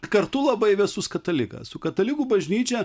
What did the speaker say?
kartu labai vėsus katalikas su katalikų bažnyčia